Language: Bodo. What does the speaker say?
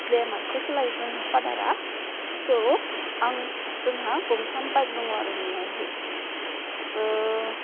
ग्लेमारखौ सालायो जोंहा फाडारा स जोंहा गंथाम बाइक दङ आरो न'आवहै